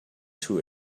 too